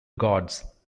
gods